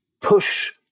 push